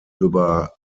über